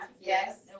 Yes